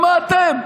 שמעתם?